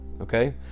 Okay